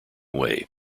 way